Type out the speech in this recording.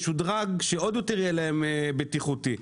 משודרג שעוד יותר יהיה להם בטיחותי.